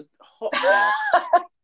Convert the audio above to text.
Hot